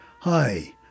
Hi